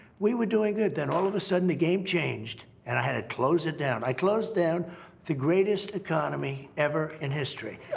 we were doing good. then all of a sudden, the game changed, and i had to close it down. i closed down the greatest economy ever in history.